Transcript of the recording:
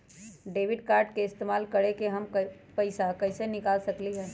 Debit card के इस्तेमाल करके हम पैईसा कईसे निकाल सकलि ह?